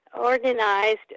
organized